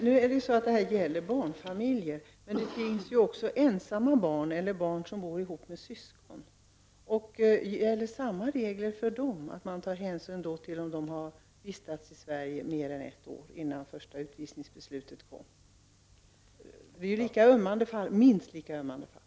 Herr talman! Här gäller det barnfamiljer. Men det finns också ensamma barn, eller barn som bor ihop med syskon. Är det samma regler som gäller för dem? Tar man hänsyn till om de har vistats i Sverige mer än ett år innan det första utvisningsbeslutet kom? Det är minst lika ömmande fall.